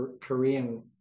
Korean